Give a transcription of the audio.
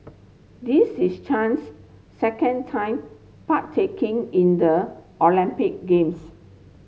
this is Chen's second time partaking in the Olympic Games